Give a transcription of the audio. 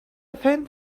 faint